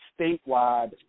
statewide –